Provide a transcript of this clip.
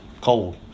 cold